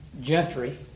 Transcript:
Gentry